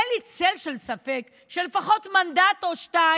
אין לי צל של ספק שלפחות מנדט או שניים